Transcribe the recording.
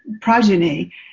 progeny